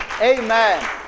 Amen